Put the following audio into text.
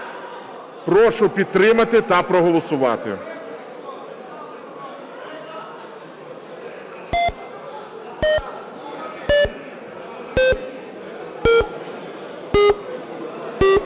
Прошу підтримати та проголосувати.